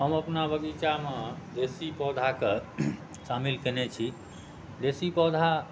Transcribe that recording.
हम अपना बगीचामे देशी पौधाक शामिल कयने छी देशी पौधा